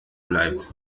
bleibt